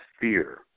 fear